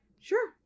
Sure